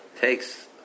takes